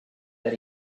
that